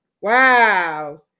wow